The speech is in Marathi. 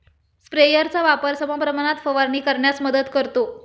स्प्रेयरचा वापर समप्रमाणात फवारणी करण्यास मदत करतो